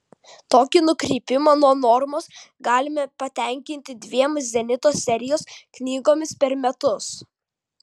tokį nukrypimą nuo normos galime patenkinti dviem zenito serijos knygomis per metus